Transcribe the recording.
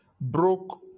broke